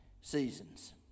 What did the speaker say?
seasons